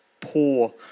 poor